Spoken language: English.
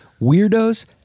weirdos